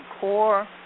Core